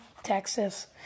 Texas